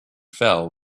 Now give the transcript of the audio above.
fell